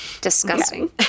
Disgusting